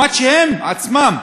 הם עצמם